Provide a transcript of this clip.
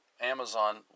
Amazon